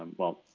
um well,